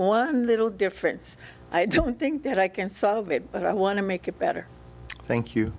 one little difference i don't think that i can solve it but i want to make it better thank you